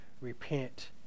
repent